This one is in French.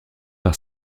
par